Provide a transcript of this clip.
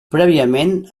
prèviament